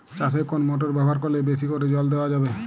চাষে কোন মোটর ব্যবহার করলে বেশী করে জল দেওয়া যাবে?